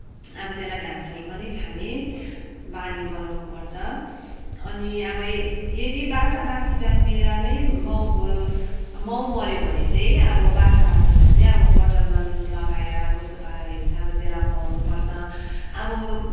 अब त्यसलाई घाँसहरू पनि खाने बानी गराउनुपर्छ अनि अब यदि बाछा बाछी जन्मिएर नै माउको माउ मऱ्यो भने चाहिँ अब बाछा बाछीलाई चाहिँ अब बोतलमा दुध लगाएर कस्तो पाराले हुन्छ अब त्यसलाई खुवाउनुपर्छ अब